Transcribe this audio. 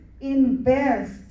invest